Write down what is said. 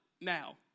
now